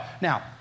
Now